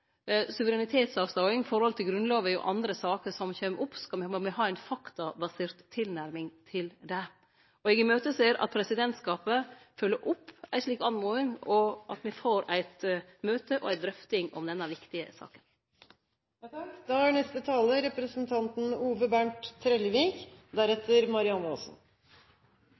suverenitetsavståing med tanke på Grunnlova og andre saker som kjem opp, må me ha ei faktabasert tilnærming. Eg ser fram til at presidentskapet følgjer opp ei slik oppmoding, og at me får eit møte og ei drøfting om denne viktige saka. Arbeiderpartiets representant Svein Roald Hansen har rett når han mener at EØS-avtalen er